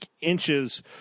inches